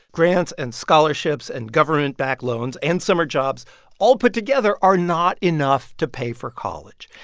grants and scholarships and government-backed loans and summer jobs all put together are not enough to pay for college.